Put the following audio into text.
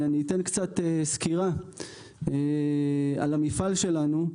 אני אתן סקירה קצרה על המפעל שלנו.